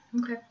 Okay